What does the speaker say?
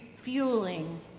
fueling